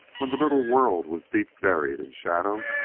when the little world was deep-buried in shadow,